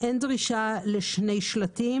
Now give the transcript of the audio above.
אין דרישה לשני שלטים.